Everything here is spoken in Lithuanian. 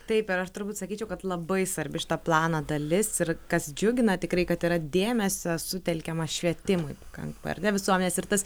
taip ir aš turbūt sakyčiau kad labai svarbi šita plano dalis ir kas džiugina tikrai kad yra dėmesio sutelkiama švietimui pakankamai ar ne visuomenės ir tas